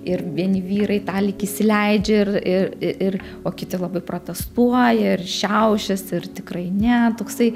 ir vieni vyrai tą lyg įsileidžia ir ir ir o kiti labai protestuoja ir šiaušiasi ir tikrai ne toksai